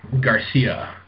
Garcia